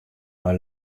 nei